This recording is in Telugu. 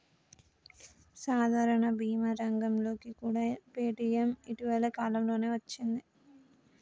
సాధారణ భీమా రంగంలోకి కూడా పేటీఎం ఇటీవల కాలంలోనే వచ్చింది